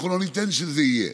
אנחנו לא ניתן שזה יהיה.